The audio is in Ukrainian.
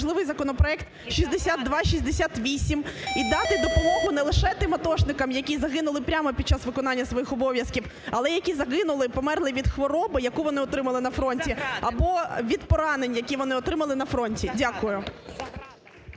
важливий законопроект 6268 і дати допомогу не лише тим атошникам, які загинули прямо під час виконання своїх обов'язків, але які загинули і померли від хвороби, яку вони отримали на фронті, або від поранень, які вони отримали на фронті. Дякую.